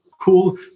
cool